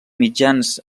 mitjans